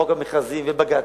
חוק חובת המכרזים ובג"צים,